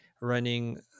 running